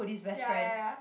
ya ya ya